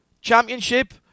championship